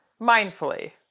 mindfully